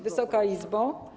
Wysoka Izbo!